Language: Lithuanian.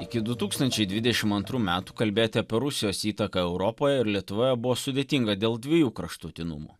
iki du tūkstančiai dvidešim antrų metų kalbėti apie rusijos įtaką europoje ir lietuvoje buvo sudėtinga dėl dviejų kraštutinumų